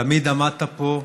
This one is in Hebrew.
תמיד עמדת פה,